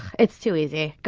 it's too easy. go